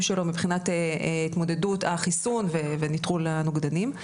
שלו מבחינת התמודדות החיסון ונטרול הנוגדנים.